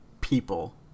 people